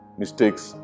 mistakes